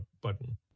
button